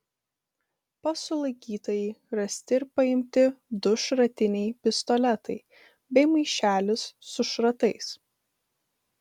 pas sulaikytąjį rasti ir paimti du šratiniai pistoletai bei maišelis su šratais